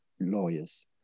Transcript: lawyers